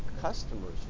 customers